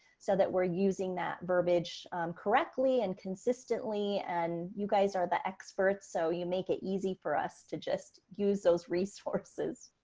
so that we're using that verbiage correctly and consistently, and you guys are the experts, so you make it easy for us to just use those resources.